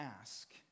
ask